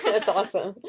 that's awesome.